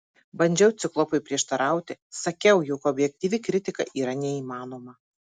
bandžiau ciklopui prieštarauti sakiau jog objektyvi kritika yra neįmanoma